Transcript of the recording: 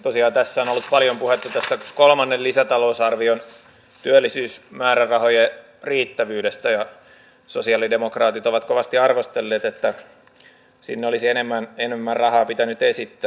tosiaan tässä on ollut paljon puhetta tästä kolmannen lisätalousarvion työllisyysmäärärahojen riittävyydestä ja sosialidemokraatit ovat kovasti arvostelleet että sinne olisi enemmän rahaa pitänyt esittää